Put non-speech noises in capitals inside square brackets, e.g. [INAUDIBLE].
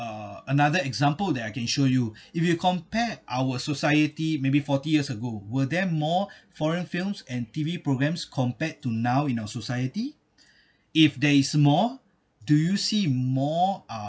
uh another example that I can show you [BREATH] if you compare our society maybe forty years ago were there more foreign films and T_V programmes compared to now in our society [BREATH] if there is more do you see more uh